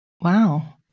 Wow